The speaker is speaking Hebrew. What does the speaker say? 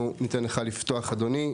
אנחנו ניתן לך לפתוח, אדוני.